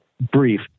brief